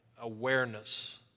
awareness